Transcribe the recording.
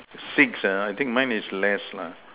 six ah I think mine is less lah